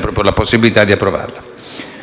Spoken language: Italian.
proprio la possibilità di approvarlo.